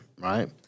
right